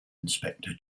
inspector